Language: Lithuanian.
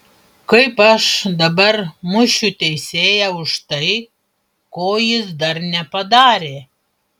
kaip aš dabar mušiu teisėją už tai ko jis dar nepadarė